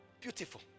beautiful